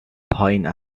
پایین